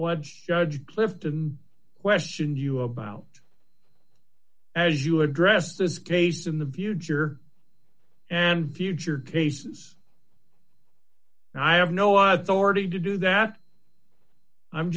what judge clifton questioned you about as you address this case in the future and future cases i have no outs already to do that i'm